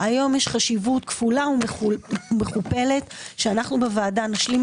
היום יש חשיבות כפולה ומכופלת שאנו בוועדה נשלים